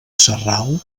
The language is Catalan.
sarral